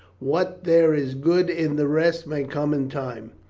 what there is good in the rest may come in time.